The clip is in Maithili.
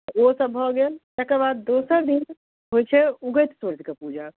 ओसब भऽ गेल तकर बाद दोसर दिन होइ छै उगैत सूर्यके पूजा